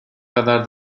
kadar